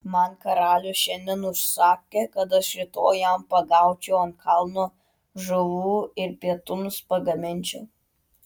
man karalius šiandien užsakė kad aš rytoj jam pagaučiau ant kalno žuvų ir pietums pagaminčiau